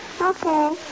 Okay